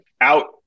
out